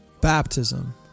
baptism